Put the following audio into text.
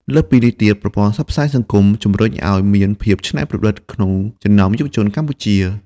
លើសពីនេះទៀត ប្រព័ន្ធផ្សព្វផ្សាយសង្គមជំរុញឲ្យមានភាពច្នៃប្រឌិតក្នុងចំណោមយុវជនកម្ពុជា។